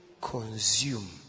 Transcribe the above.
consume